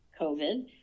COVID